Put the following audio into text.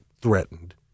threatened